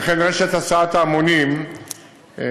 וכן רשת הסעת ההמונים שמתקדמת,